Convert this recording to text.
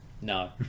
No